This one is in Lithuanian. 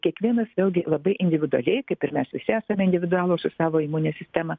kiekvienas vėlgi labai individualiai kaip ir mes visi esame individualūs su savo imunine sistema